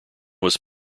was